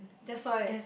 that's why